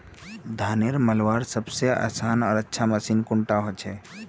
धानेर मलवार सबसे आसान आर अच्छा मशीन कुन डा होचए?